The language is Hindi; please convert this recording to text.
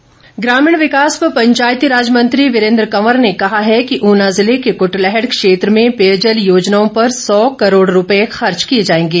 वीरेंद्र कंवर ग्रामीण विकास व पंचायतीराज मंत्री वीरेंद्र कंवर ने कहा है कि ऊना जिले के कूटलैहड़ क्षेत्र में पेयजल योजनाओं पर सौ करोड़ रुपये खर्च किए जाएंगे